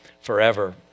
forever